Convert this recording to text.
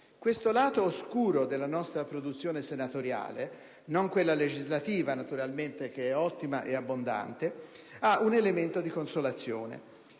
Questo lato oscuro della nostra produzione senatoriale - non quella legislativa naturalmente, che è ottima e abbondante - ha un elemento di consolazione: